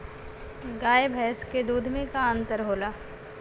गाय भैंस के दूध में का अन्तर होला?